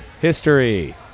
History